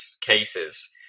cases